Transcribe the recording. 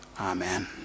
Amen